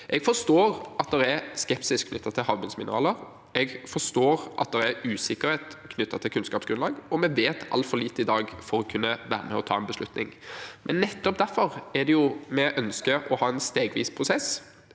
Jeg forstår at det er skepsis knyttet til havbunnsmineraler. Jeg forstår at det er usikkerhet knyttet til kunnskapsgrunnlag. Vi vet altfor lite i dag med tanke på å kunne være med og ta en beslutning, men nettopp derfor er det vi ønsker å ha en stegvis prosess,